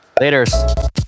Laters